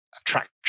attraction